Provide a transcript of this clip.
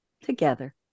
together